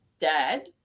dad